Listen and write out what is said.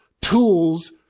tools